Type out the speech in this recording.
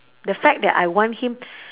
the fact that I want him